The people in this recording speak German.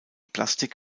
plastik